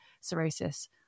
cirrhosis